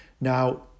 Now